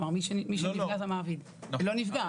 מי שנפגע זה המעסיק,